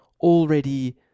already